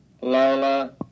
Lola